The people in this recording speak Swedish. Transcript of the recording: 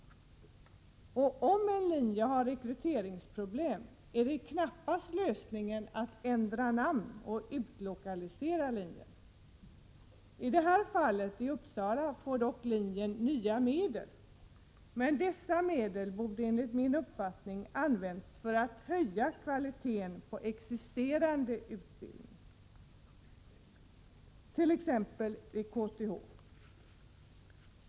Om en linje har rekryteringsproblem är knappast lösningen att ändra namn och utlokalisera linjen. I det här fallet, i Uppsala, får dock linjen nya medel, men dessa medel borde enligt min uppfattning ha använts för att höja kvaliteten på existerande utbildning, t.ex. vid KTH.